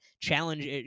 challenge